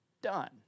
done